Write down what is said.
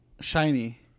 Shiny